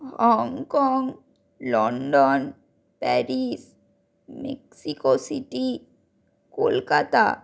Hong Kong London Paris Mexico City Kolkata